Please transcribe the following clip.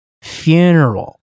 funeral